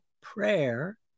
prayer